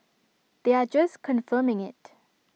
they are just confirming IT